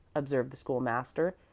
observed the school-master,